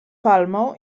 palmą